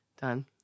Done